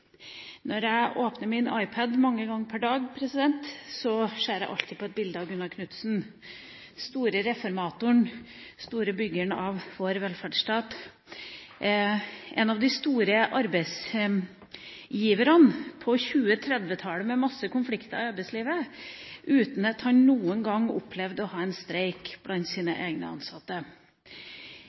Når jeg åpner min iPad mange ganger per dag, ser jeg alltid på et bilde av Gunnar Knudsen, den store reformatoren, den store byggeren av vår velferdsstat, en av de store arbeidsgiverne på 1920- og 1930-tallet med masse konflikter i arbeidslivet, uten